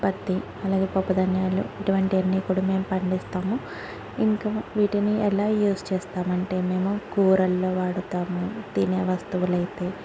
పత్తి అలాగే పప్పు ధాన్యాలు ఇటువంటివన్నీ కూడా మేము పండిస్తాము ఇంకా వీటిని ఎలా యూజ్ చేస్తామంటే మేము కూరల్లో వాడుతాము తినే వస్తువులు అయితే